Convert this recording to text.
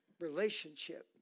relationship